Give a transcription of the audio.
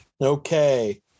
Okay